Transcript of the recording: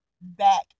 back